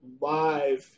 live